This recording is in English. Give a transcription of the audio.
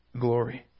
glory